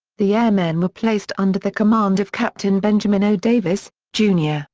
the airmen were placed under the command of captain benjamin o. davis, jr,